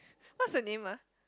what's the name ah